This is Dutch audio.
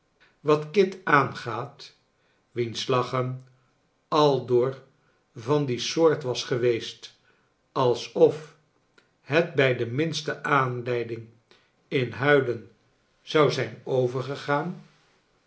wat kit aangaat wiens lachen aldoor van die soort was geweest alsof het bij de minste aanleiding in huilen zou zijn overgegaan